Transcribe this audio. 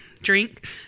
drink